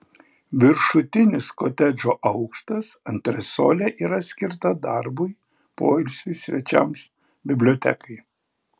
viršutinis kotedžo aukštas antresolė yra skirta darbui poilsiui svečiams bibliotekai